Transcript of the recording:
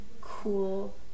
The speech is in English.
cool